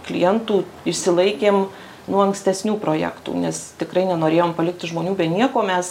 klientų išsilaikėm nuo ankstesnių projektų nes tikrai nenorėjom palikti žmonių be nieko mes